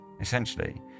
Essentially